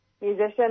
musician